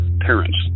parents